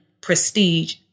prestige